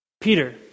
Peter